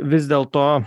vis dėl to